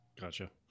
Gotcha